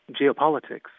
geopolitics